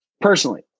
personally